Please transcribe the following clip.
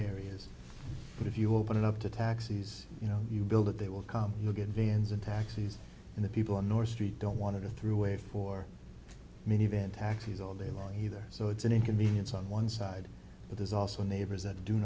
areas but if you open it up to taxis you know you build it they will come you get vans and taxis and the people in north street don't want to go through a four minivan taxis all day long either so it's an inconvenience on one side but there's also neighbors that do